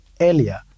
earlier